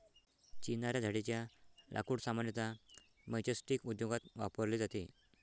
चिनार या झाडेच्या लाकूड सामान्यतः मैचस्टीक उद्योगात वापरले जाते